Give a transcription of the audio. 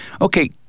Okay